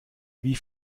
wie